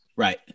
Right